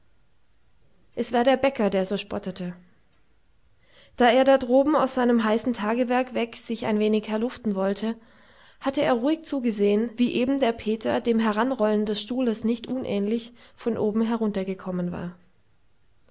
es war der bäcker der so spottete da er da droben aus seinem heißen tagewerk weg sich ein wenig erluften wollte hatte er ruhig zugesehen wie eben der peter dem heranrollen des stuhles nicht unähnlich von oben heruntergekommen war